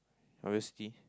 obviously